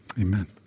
amen